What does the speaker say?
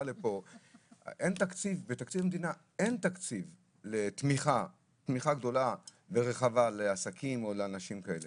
בתקציב המדינה אין תקציב לתמיכה רחבה במקרים כמו שהועלו פה.